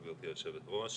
תודה רבה, גברתי היושבת ראש.